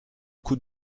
coup